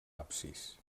absis